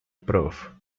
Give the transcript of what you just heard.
prof